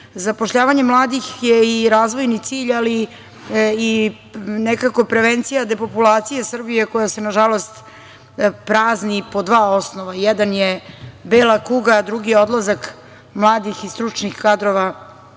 Srbije. Zapošljavanje mladih je i razvojni cilj, ali i nekako prevencija depopulacije Srbije, koja se, nažalost, prazni po dva osnova, jedan je bela kuga, a drugi je odlazak mladih i stručnih kadrova